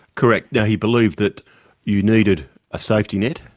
correct. now, he believed that you needed a safety net.